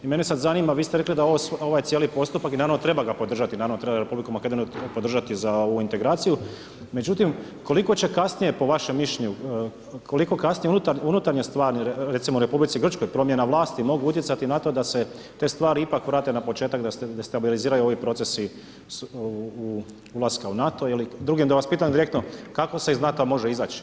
I mene sad zanima, vi ste rekli da ovaj cijeli postupak i naravno treba ga podržati, naravno treba R. Makedoniju podržati za ovu integraciju, međutim, koliko će kasnije po vašem mišljenju, koliko kasne unutarnje stvari, recimo u R. Grčkoj, promjena vlasti mogu utjecati na to da se te stvari ipak vrate na početak da se destabiliziraju ovi procesi ulaska u NATO ili da vas pitam direktno, kako se iz NATO-a može izaći?